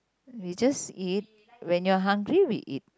we just eat when you're hungry we eat